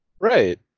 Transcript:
Right